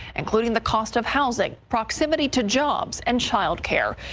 including the cost of housing, proximity to jobs and child care.